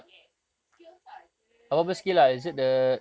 yes skills ah kira like macam